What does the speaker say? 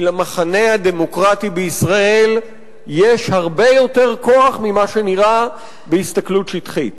כי למחנה הדמוקרטי בישראל יש הרבה יותר כוח ממה שנראה בהסתכלות שטחית.